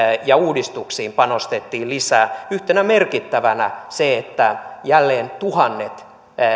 ja uudistuksiin panostettiin lisää yhtenä merkittävänä se että jälleen tuhannet